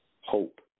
hope